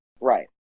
right